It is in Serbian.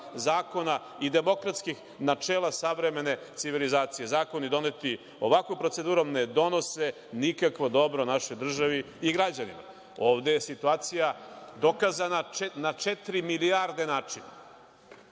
zakona i demokratskih načela savremene civilizacije. Zakoni doneti ovakvom procedurom ne donose nikakvo dobro našoj državi i građanima. Ovde je situacija dokazana na četiri milijarde načina. Znači,